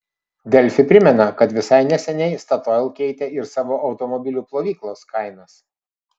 delfi primena kad visai neseniai statoil keitė ir savo automobilių plovyklos kainas